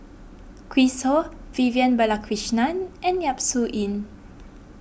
Chris Ho Vivian Balakrishnan and Yap Su Yin